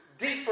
deeper